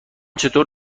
چطور